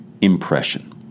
impression